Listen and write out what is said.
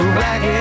black